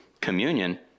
communion